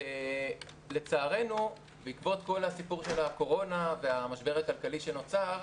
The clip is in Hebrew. לצערנו בעקבות כל הסיפור של הקורונה והמשבר הכלכלי שנוצר,